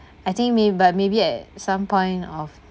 I think may~ but maybe at some point of